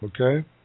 Okay